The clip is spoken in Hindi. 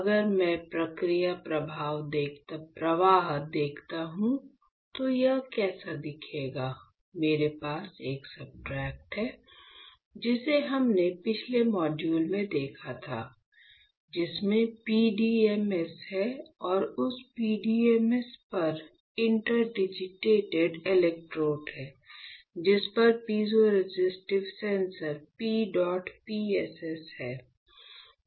अगर मैं प्रक्रिया प्रवाह देखता हूं तो यह कैसा दिखेगा मेरे पास एक सब्सट्रेट है जिसे हमने पिछले मॉड्यूल में देखा है जिसमें PDMS है और उस PDMS पर इंटरडिजिटेटेड इलेक्ट्रोड हैं जिस पर पीज़ोरेसिस्टिव सेंसर PEDOT PSS हैं